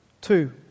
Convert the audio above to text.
two